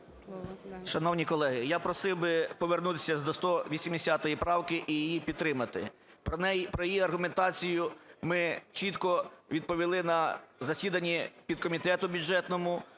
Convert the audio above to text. Шановні колеги, я просив би повернутися до 180 правки і її підтримати. Про її аргументацію ми чітко відповіли на засіданні підкомітету бюджетному